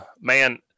man